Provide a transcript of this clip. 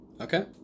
Okay